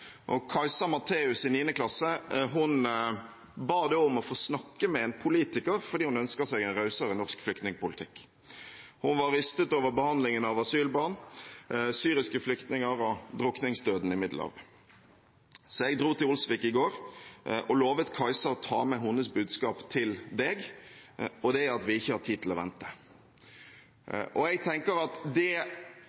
klasse ba om å få snakke med en politiker, fordi hun ønsker en rausere norsk flyktningpolitikk. Hun var rystet over behandlingen av asylbarn, syriske flyktninger og drukningsdøden i Middelhavet. Så jeg dro til Olsvik i går og lovet Kajsa å ta med hennes budskap til deg, og det er at vi ikke har tid til å vente. Jeg tenker at det